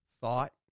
thought